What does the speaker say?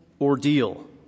ordeal